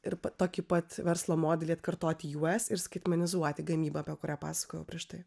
ir tokį pat verslo modelį atkartoti us ir skaitmanizuoti gamybą apie kurią pasakojau prieš tai